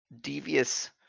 devious